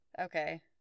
Okay